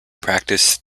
practice